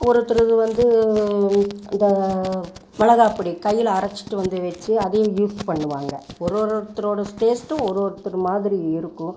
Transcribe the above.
ஒருரொருத்தருது வந்து இந்த மிளகாய் பொடி கையில் அரைச்சுட்டு வந்து வெச்சு அதையும் யூஸ் பண்ணுவாங்க ஒருரொருத்தரோடய டேஸ்ட்டும் ஒருரொருத்தர் மாதிரி இருக்கும்